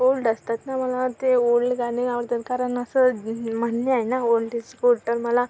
old असतात ना मला ते ओल्ड गाणे आवडतात कारण असं म्हणणे आहे ना ओल्ड इस गोल्ड तर मला